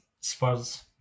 Spurs